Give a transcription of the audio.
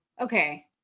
Okay